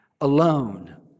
Alone